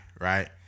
right